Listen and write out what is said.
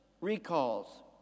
recalls